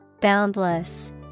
Boundless